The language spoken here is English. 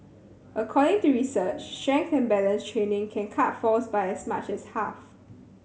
according to research strength and balance training can cut falls by as much as half